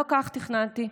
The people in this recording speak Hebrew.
לא כך תכננתי,